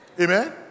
Amen